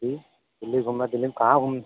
जी दिल्ली में घूमना दिल्ली में कहाँ घूम